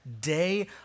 day